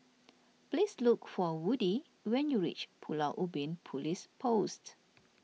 please look for Woodie when you reach Pulau Ubin Police Post